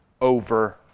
over